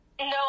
No